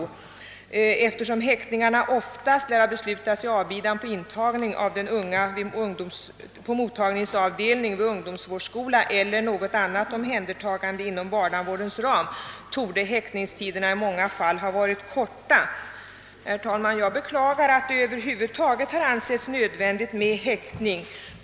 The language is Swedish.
Statsrådet fortsätter: »Eftersom häktningarna ofta lär ha beslutats i avbidan på intagning av den unge på mottagningsavdelning vid ungdomsvårdsskola eller något annat omhändertagande inom barnavårdens ram, torde häktningstiderna i många fall ha varit korta.» Herr talman! Jag beklagar att det över huvud taget har ansetts nödvändigt med häktning.